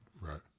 Right